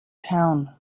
town